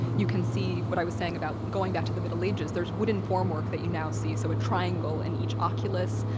you can see what i was saying about going back to the middle ages. there's wooden form work that you now see, so a triangle in each oculus.